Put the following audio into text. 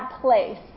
place